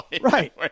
Right